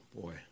Boy